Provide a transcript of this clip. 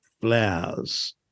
flowers